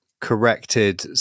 corrected